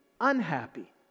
unhappy